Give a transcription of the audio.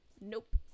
Nope